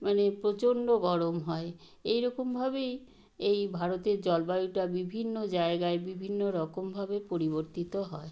মানে প্রচণ্ড গরম হয় এই রকমভাবেই এই ভারতের জলবায়ুটা বিভিন্ন জায়গায় বিভিন্ন রকমভাবে পরিবর্তিত হয়